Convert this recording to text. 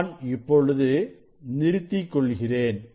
நான் இப்பொழுது நிறுத்திக்கொள்கிறேன்